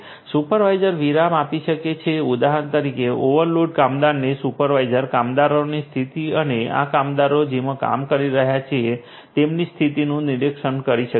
supervisor વિરામ આપી શકે છે ઉદાહરણ તરીકે ઓવરલોડ કામદારોને સુપરવાઇઝર કામદારોની સ્થિતિ અને આ કામદારો જેમાં કામ કરી રહ્યા છે તેની સ્થિતિનું નિરીક્ષણ કરી શકે છે